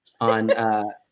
On